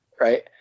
right